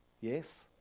Yes